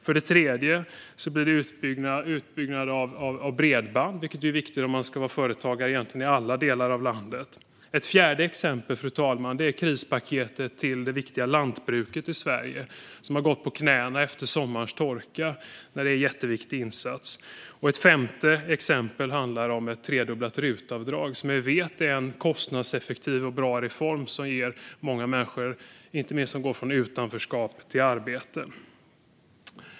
För det tredje ska det göras en utbyggnad av bredband, vilket är viktigt om man ska vara företagare och verka i alla delar av landet. För det fjärde gäller det krispaketet till det viktiga lantbruket i Sverige. Det har gått på knäna efter sommarens torka. Det är en jätteviktig insats. För det femte handlar det om ett tredubblat RUT-avdrag som vi vet är en kostnadseffektiv och bra reform som leder till att många människor går från utanförskap till arbete.